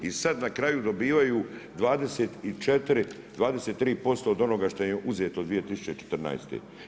I sad na kraju, dobivaju 23% od onoga što im je uzeto 2014.